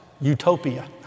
utopia